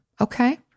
Okay